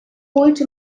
holte